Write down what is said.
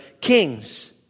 kings